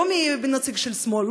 לא מנציג של שמאל,